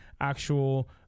actual